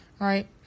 right